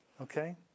Okay